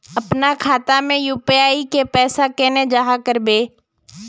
अपना खाता में यू.पी.आई के पैसा केना जाहा करबे?